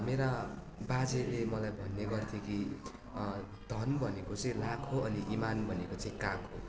मेरा बाजेले मलाई भन्ने गर्थे कि धन भनेको चाहिँ लाख हो इमान भनेको चाहिँ काख हो